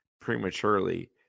prematurely